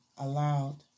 allowed